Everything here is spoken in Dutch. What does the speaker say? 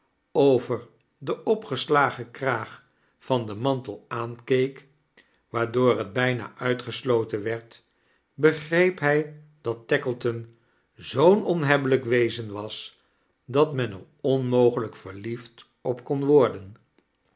over de opgeslagen kraag van den mantel aankeek waardoor het bijna uitgestooten werd begreep hij dat tackleton zoo'n onhebbelijk wezen was dat men er onmogelijk verliefd op kon worden